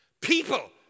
People